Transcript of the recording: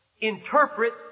interpret